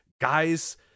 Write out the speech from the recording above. guys